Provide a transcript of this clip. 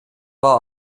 war